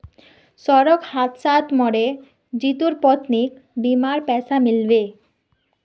सड़क हादसात मरे जितुर पत्नीक बीमार पैसा मिल बे